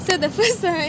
so the first right